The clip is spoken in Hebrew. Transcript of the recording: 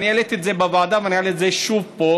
אני העליתי את זה בוועדה ואני אעלה את זה שוב פה: